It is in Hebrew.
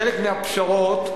חלק מהפשרות,